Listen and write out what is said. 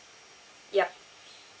yup